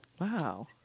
Wow